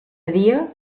dia